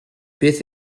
beth